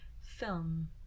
film